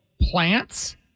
plants